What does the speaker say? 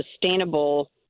sustainable